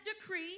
decree